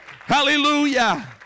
Hallelujah